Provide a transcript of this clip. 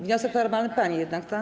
Wniosek formalny pani jednak, tak?